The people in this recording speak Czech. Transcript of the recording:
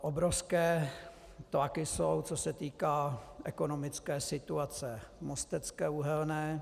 Obrovské tlaky jsou, co se týká ekonomické situace Mostecké uhelné.